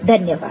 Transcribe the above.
धन्यवाद